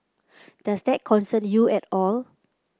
does that concern you at all